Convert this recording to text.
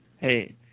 Hey